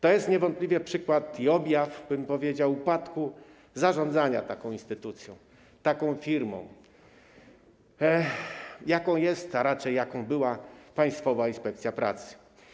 To jest niewątpliwie przykład i objaw, powiedziałbym, upadku zarządzania taką instytucją, taką firmą, jaką jest, a raczej, jaką była Państwowa Inspekcja Pracy.